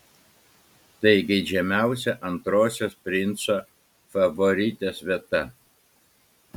tai geidžiamiausia antrosios princo favoritės vieta